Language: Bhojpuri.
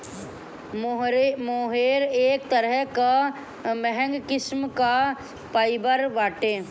मोहेर एक तरह कअ महंग किस्म कअ फाइबर बाटे